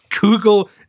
Google